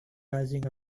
rising